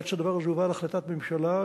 עד שהדבר הזה הובא להחלטת ממשלה,